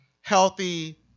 healthy